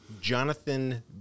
Jonathan